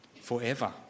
forever